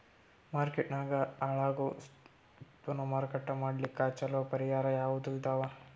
Market ನಾಗ ಹಾಳಾಗೋ ಉತ್ಪನ್ನ ಮಾರಾಟ ಮಾಡಲಿಕ್ಕ ಚಲೋ ಪರಿಹಾರ ಯಾವುದ್ ಇದಾವ?